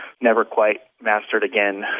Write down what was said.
never-quite-mastered-again